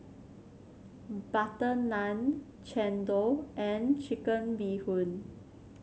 butter naan chendol and Chicken Bee Hoon